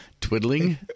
Twiddling